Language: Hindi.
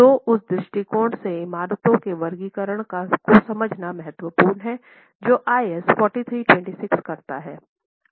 तो उस दृष्टिकोण से इमारतों के वर्गीकरण को समझना महत्वपूर्ण है जो IS 4326 करता है